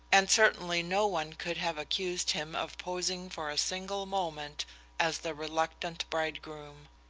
and certainly no one could have accused him of posing for a single moment as the reluctant bridegroom.